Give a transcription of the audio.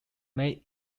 made